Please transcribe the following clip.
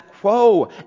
quo